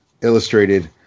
illustrated